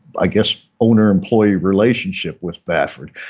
i guess owner employee relationship with baffert.